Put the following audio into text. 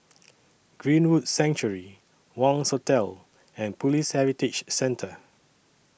Greenwood Sanctuary Wangz Hotel and Police Heritage Centre